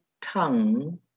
tongue